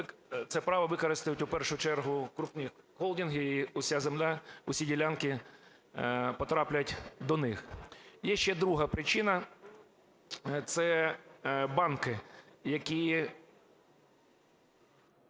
це право використають у першу чергу крупні холдинги і вся земля, усі ділянки потраплять до них. Є ще друга причина – це банки, які…